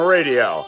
Radio